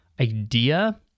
idea